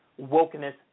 wokeness